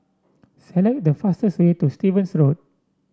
select the fastest way to Stevens Road